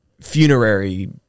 funerary